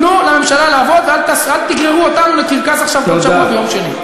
תנו לממשלה לעבוד ואל תגררו אותנו עכשיו לקרקס כל שבוע ביום שני.